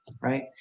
right